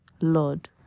Lord